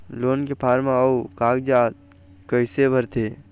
Loan के form अऊ कागजात कइसे भरथें?